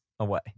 away